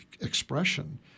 expression